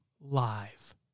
live